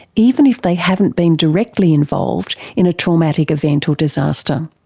even if they haven't been directly involved in a traumatic event or disaster.